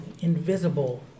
invisible